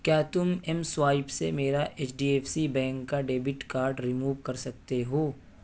کیا تم M swipe سے میرا H D F C bank کا ڈیبٹ کارڈ ریموو کر سکتے ہو